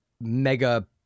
mega